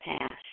past